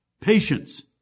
patience